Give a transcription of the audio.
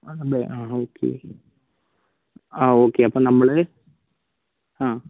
ആണല്ലേ ആ ഓക്കെ ആ ഓക്കെ അപ്പോൾ നമ്മള് ആ